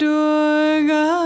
Durga